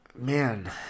Man